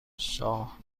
شاه